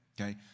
okay